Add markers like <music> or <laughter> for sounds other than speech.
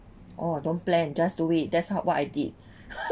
oh don't plan just do it that's how what I did <laughs>